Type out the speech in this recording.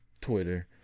Twitter